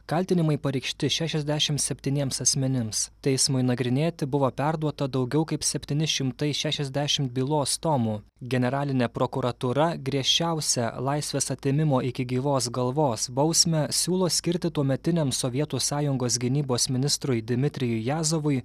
kaltinimai pareikšti šešiasdešim septyniems asmenims teismui nagrinėti buvo perduota daugiau kaip septyni šimtai šešiasdešimt bylos tomų generalinė prokuratūra griežčiausią laisvės atėmimo iki gyvos galvos bausmę siūlo skirti tuometiniam sovietų sąjungos gynybos ministrui dmitrijui jazovui